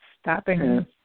stopping